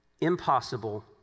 impossible